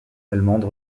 allemande